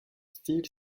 style